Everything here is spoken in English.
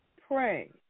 Pray